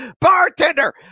Bartender